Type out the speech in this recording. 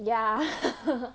ya